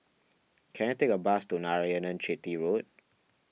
can I take a bus to Narayanan Chetty Road